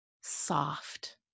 soft